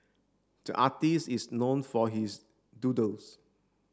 the artist is known for his doodles